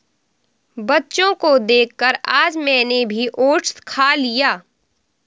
बच्चों को देखकर आज मैंने भी ओट्स खा लिया